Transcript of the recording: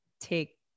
take